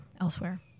elsewhere